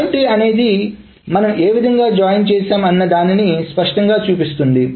join tree అనేది మనం ఏవిధంగా జాయిన్ చేశాము అన్న దాన్ని స్పష్టంగా చూపిస్తుంది